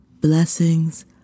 blessings